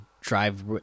drive